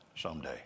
someday